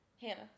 Hannah